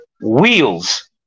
wheels